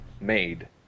made